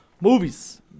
Movies